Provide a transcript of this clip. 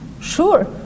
Sure